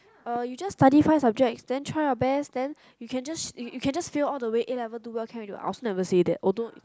uh you just study five subjects then try your best then you can just you can just fail all the way A-Level do well can already what I also never say that although